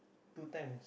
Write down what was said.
two times